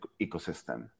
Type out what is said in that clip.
ecosystem